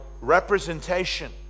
representation